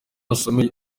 usome